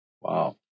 Wow